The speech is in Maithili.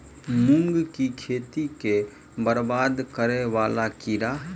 मूंग की खेती केँ बरबाद करे वला कीड़ा?